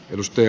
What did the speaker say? lusty